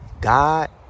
God